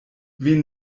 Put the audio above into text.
wen